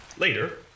Later